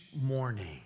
morning